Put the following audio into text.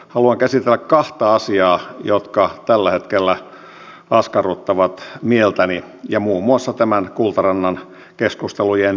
haluan käsitellä kahta asiaa jotka tällä hetkellä askarruttavat mieltäni muun muassa näiden kultarannan keskustelujen jälkeenkin